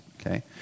okay